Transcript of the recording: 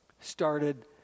started